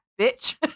bitch